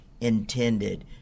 intended